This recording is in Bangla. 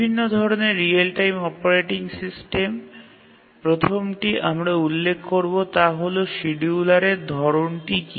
বিভিন্ন ধরণের রিয়েল টাইম অপারেটিং সিস্টেম প্রথমটি আমরা উল্লেখ করব তা হল শিডিয়ুলারের ধরণটি কী